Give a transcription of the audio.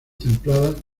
templadas